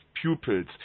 pupils